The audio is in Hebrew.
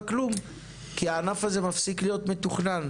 כלום כי הענף הזה מפסיק להיות מתוכנן